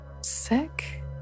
sick